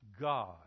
God